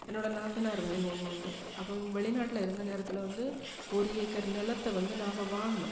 என்னோடய நாத்தனார் வயல் ஒன்று உண்டு அப்போ இவங்க வெளிநாட்டில் இருந்த நேரத்தில் வந்து ஒரு ஏக்கர் நிலத்த வந்து நாங்கள் வாங்கினோம்